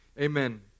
Amen